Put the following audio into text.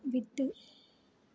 விட்டு